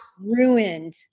Ruined